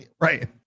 Right